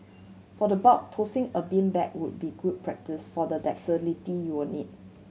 for the bulk tossing a beanbag would be good practice for the dexterity you'll need